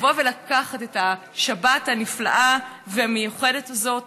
לבוא ולקחת את השבת הנפלאה והמיוחדת הזאת